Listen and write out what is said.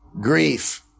grief